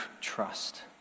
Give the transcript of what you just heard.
trust